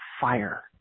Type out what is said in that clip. fire